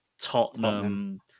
Tottenham